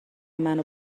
منو